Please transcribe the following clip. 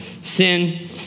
sin